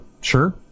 sure